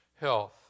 health